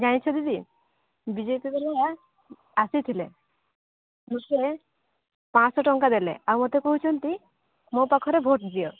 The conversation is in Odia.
ଜାଣିଚ ଦିଦି ବିଜେପି ବାଲା ଆସିଥିଲେ ମୋ ତେ ପାଞ୍ଚଶହ ଟଙ୍କା ଦେଲେ ଆଉ ମୋତେ କହୁଛନ୍ତି ମୋ ପାଖରେ ଭୋଟ ଦିଅ